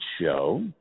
show